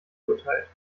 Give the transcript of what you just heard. geurteilt